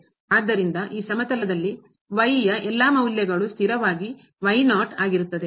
ಆದ್ದರಿಂದ ಈ ಸಮತಲದಲ್ಲಿ ಯ ಎಲ್ಲಾ ಮೌಲ್ಯಗಳು ಸ್ಥಿರವಾಗಿ ಆಗಿರುತ್ತದೆ